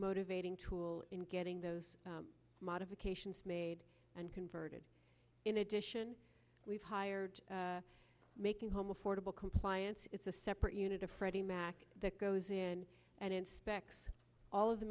motivating tool in getting those modifications made and converted in addition we've hired making home affordable compliance it's a separate unit of freddie mac that goes in and inspect all of the